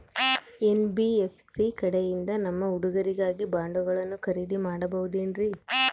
NBFC ಕಡೆಯಿಂದ ನಮ್ಮ ಹುಡುಗರಿಗಾಗಿ ಬಾಂಡುಗಳನ್ನ ಖರೇದಿ ಮಾಡಬಹುದೇನ್ರಿ?